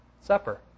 supper